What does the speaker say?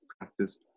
practice